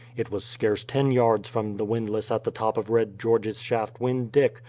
it was scarce ten yards from the windlass at the top of red george's shaft when dick,